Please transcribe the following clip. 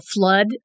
flood